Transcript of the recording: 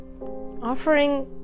offering